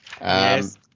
Yes